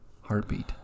heartbeat